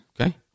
Okay